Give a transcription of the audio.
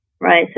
Right